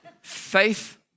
Faith